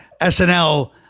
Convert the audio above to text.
SNL